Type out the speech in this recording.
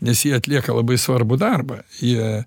nes jie atlieka labai svarbų darbą jie